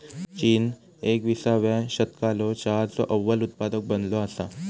चीन एकविसाव्या शतकालो चहाचो अव्वल उत्पादक बनलो असा